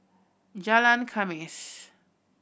Jalan Khamis